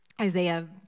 Isaiah